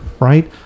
right